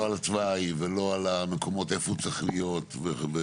לא על התוואי ולא על המקומות איפה הוא צריך להיות וכו',